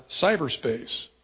cyberspace